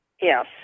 Yes